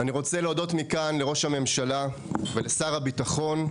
אני רוצה להודות מכאן לראש הממשלה ולשר הבטחון,